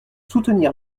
soutenir